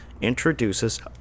introduces